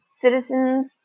citizens